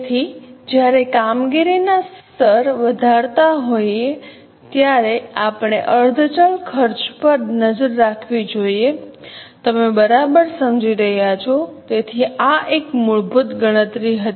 તેથી જ્યારે કામગીરીના સ્તર વધારતા હોય ત્યારે આપણે અર્ધ ચલ ખર્ચ પર નજર રાખવી જોઈએ તમે બરાબર સમજી રહ્યા છો તેથી આ એક મૂળભૂત ગણતરી હતી